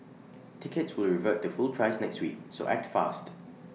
tickets will revert to full price next week so act fast